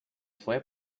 fue